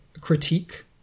critique